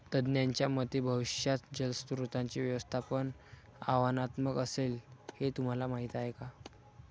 तज्ज्ञांच्या मते भविष्यात जलस्रोतांचे व्यवस्थापन आव्हानात्मक असेल, हे तुम्हाला माहीत आहे का?